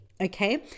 okay